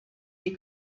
die